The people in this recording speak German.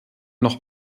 noch